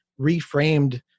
reframed